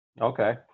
Okay